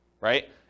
right